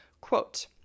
quote